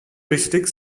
district